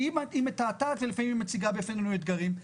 כי היא מתעתעת ולפעמים היא מציגה בפנינו אתגרים,